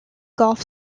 gulf